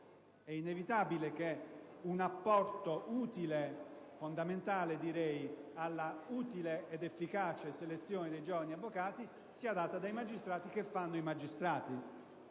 è inevitabile che un apporto - che definirei fondamentale - alla utile ed efficace selezione dei giovani avvocati sia dato dai magistrati che fanno i magistrati,